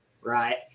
right